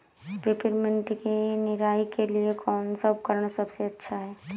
Peppermint की निराई के लिए कौन सा उपकरण सबसे अच्छा है?